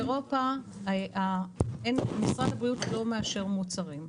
באירופה משרד הבריאות לא מאשר מוצרים.